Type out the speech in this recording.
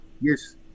Yes